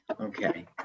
okay